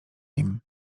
nim